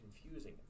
confusing